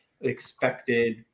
expected